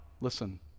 Listen